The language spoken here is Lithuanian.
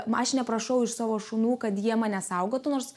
aš neprašau iš savo šunų kad jie mane saugotų nors